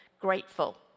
grateful